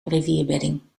rivierbedding